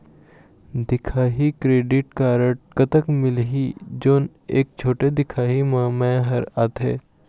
दिखाही credit card कतक मिलही जोन एक छोटे दिखाही म मैं हर आथे?